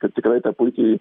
kad tikrai tą puikiai